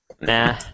Nah